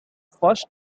first